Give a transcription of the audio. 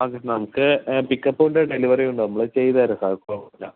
അതെ നമ്മക്ക് പിക്ക് അപ്പും ഉണ്ട് ഡെലിവറിയും ഉണ്ട് നമ്മള് ചെയ്തെരാ കുഴപ്പം ഇല്ല